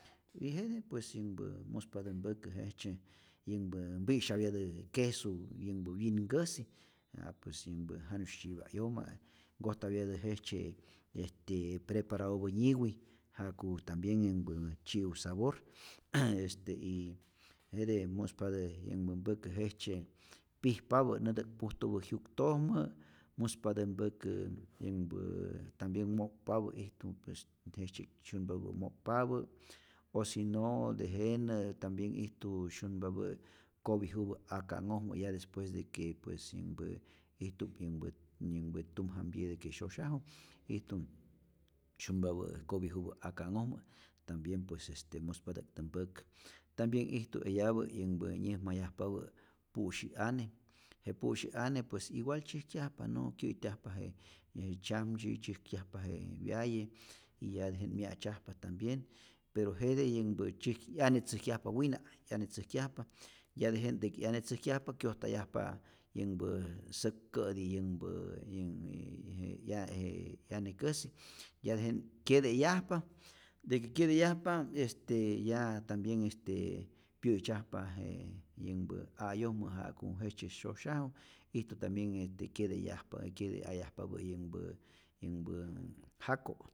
Y jete pues yänhpä muspatä mpäkä jejtzye yänhpa mpi'syapyatä kesu yänhpä wyinkäsi ah pues yänhpä janu'sy tzyipa 'yoma', nkojtapyatä jejtzye este prepaopä nyiwi ja'ku tambien yänhpä tzyi'u sabor, este y jete muspatä yanhpä mpäkä jejtzye pijpapä näntä'k pujtupä jyuktojmä, muspatä mpäkä yänhpäää tambien mo'kpapä, ijtupues jejtzye syunpapä' mo'kpapä o si no tejenä tambien ijtu syunpapä' kopijupä aka'nhojmä ya despues de que pues yänhpä ijtu'p yänhpä yänhpä tum jamtyiyä que syosyaju, ijtum syunpapä' kopijupä aka'nhojmä tambien pues este muspatä'ktä mpäkä, tambien ijtu eyapä yänhpä nyäjmayajpapä' pu'syi'ane, je pu'syi'ane pues igual tzyäjkyajpa no kyä'tyajpa je je tzyamtzyi, tzyäjkyajpa je wyaye y ya tejenä mya'tzyajpa tambien, pero jete yänhpä tzyäj 'yane tzäjkyajpa wina' 'yane tzäjkyajpa, ya tejenä de que 'yane tzäjkyajpa kyojtayajpa yänhpä säk kä'ti yänhpä yanh nnnn- je 'ya je 'yanekäsi, ya tejenä kyete'yajpa, de que kyete'yajpa este ya tambien este pyä'tzyajpa je yänhpä a'yojmä ja'ku jejtzye syosyaju, ijtu tambien este kyete'yajpa kyete'ayajpapä' yänhpä yänhpä jako'.